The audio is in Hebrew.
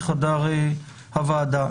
בחדר הוועדה.